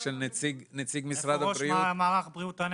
נועה רוזנברג מארגון רופאי